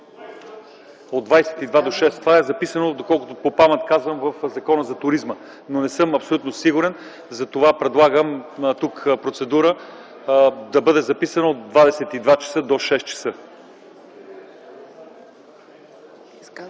6,00 ч. – това е записано, доколкото по памет го казвам, в Закона за туризма, но не съм абсолютно сигурен, затова предлагам тук процедура – да бъде записано от 22,00 ч. до 6,00 ч.